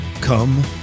come